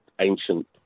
ancient